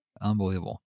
unbelievable